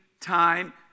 time